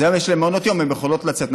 אז היום יש להן מעונות יום, הן יכולות לצאת.